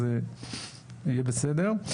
אז בסדר.